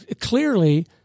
clearly